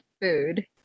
food